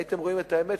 הייתם רואים את האמת,